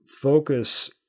focus